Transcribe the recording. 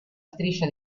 striscia